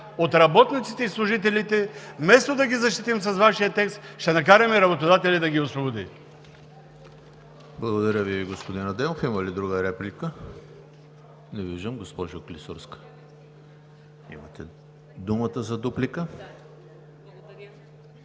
от работниците и служителите вместо да ги защитим с Вашия текст, ще накараме работодателят да ги освободи.